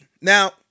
Now